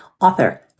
author